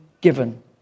given